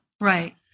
Right